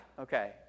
Okay